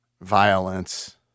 violence